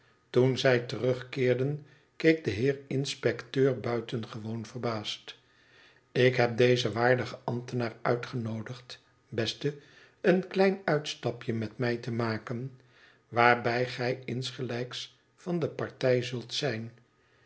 toen zij terugkeerden keek de heer inspecteur buitengewoon verbaasd ik heb dezen waardigen ambtenaar uitgenoodigd beste een klein uitstapje met mij te maken waarbij gij insgelijks van de partij zult zijn